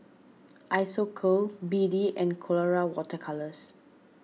Isocal B D and Colora Water Colours